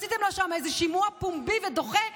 עשיתם לה שם איזשהו שימוע פומבי ודוחה,